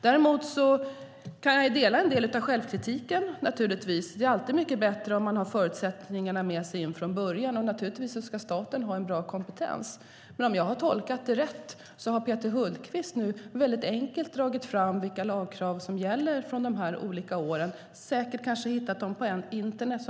Däremot kan jag naturligtvis dela en del av självkritiken. Det är alltid mycket bättre om man har förutsättningarna med sig in från början, och naturligtvis ska staten ha en bra kompetens. Men om jag har tolkat det rätt har Peter Hultqvist nu väldigt enkelt dragit fram vilka lagkrav som gäller från de här olika åren. Han har kanske hittat dem på internet.